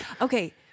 Okay